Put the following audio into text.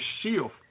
shield